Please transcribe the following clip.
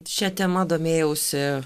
šia tema domėjausi